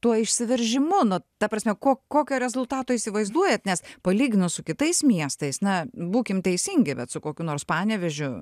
tuo išsiveržimu nu ta prasme ko kokio rezultato įsivaizduojat nes palyginus su kitais miestais na būkim teisingi bet su kokiu nors panevėžiu